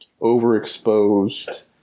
overexposed